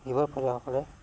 শিৱৰ প্ৰজাসকলে